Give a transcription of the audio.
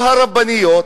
או הרבניות,